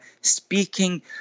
speaking